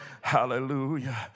Hallelujah